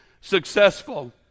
successful